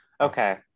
Okay